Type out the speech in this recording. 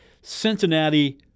Cincinnati